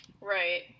Right